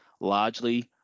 largely